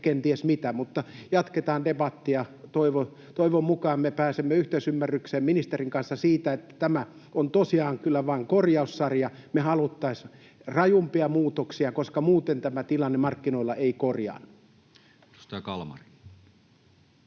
ja ties mitä, mutta jatketaan debattia. Toivon mukaan me pääsemme yhteisymmärrykseen ministerin kanssa siitä, että tämä on tosiaan kyllä vain korjaussarja. Me haluttaisiin rajumpia muutoksia, koska muuten tämä tilanne markkinoilla ei korjaannu.